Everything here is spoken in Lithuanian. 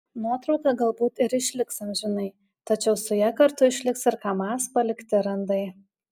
nuotrauka galbūt ir išliks amžinai tačiau su ja kartu išliks ir kamaz palikti randai